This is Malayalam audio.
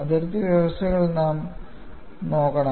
അതിർത്തി വ്യവസ്ഥകൾ നാം നോക്കണം